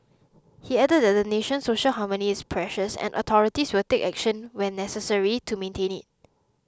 he added that the nation's social harmony is precious and authorities will take action when necessary to maintain it